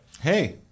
Hey